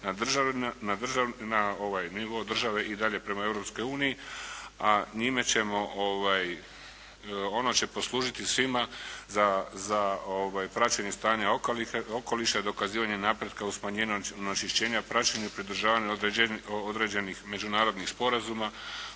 uniji, a njime ćemo, ono će poslužiti svima za praćenje stanja okoliša i dokazivanja napretka u smanjenju onečišćenja i praćenje i pridržavanje određenih međunarodnih sporazuma,